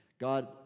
God